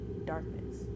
darkness